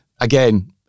again